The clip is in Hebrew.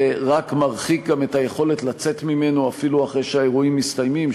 ורק מרחיק את היכולת לצאת ממנו אפילו אחרי שהאירועים מסתיימים.